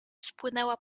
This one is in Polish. spłynęła